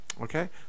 Okay